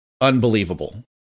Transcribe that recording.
unbelievable